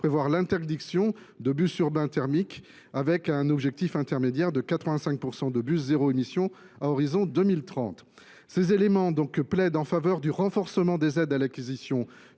prévoit l’interdiction des bus urbains thermiques en 2035, avec un objectif intermédiaire de 85 % de bus « zéro émission » à l’horizon 2030. Ces éléments plaident en faveur du renforcement des aides à l’acquisition